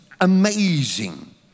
amazing